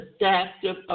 adaptive